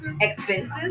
expenses